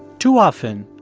too often,